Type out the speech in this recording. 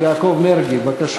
הגיע הזמן לבנות באמת.